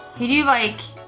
who do you like